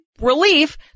relief